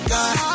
God